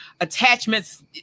Attachments